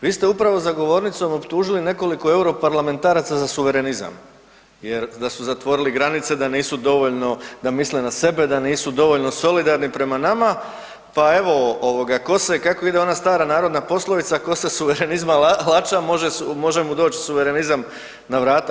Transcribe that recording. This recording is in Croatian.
Vi ste upravo za govornicom optužili nekoliko europarlamentaraca za suverenizam jer da su zatvorili granice, da nisu dovoljno, da misle na sebe, da nisu dovoljno solidarni prema nama, pa evo ovoga, ko se, kako ide ona stara narodna poslovica „ko se suverenizma laća može mu doć suverenizam na vrata“